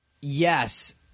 yes